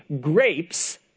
grapes